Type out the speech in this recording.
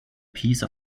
piece